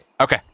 Okay